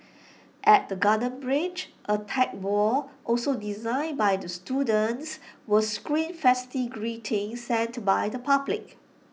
at the garden bridge A tech wall also designed by the students will screen festive greetings sent by the public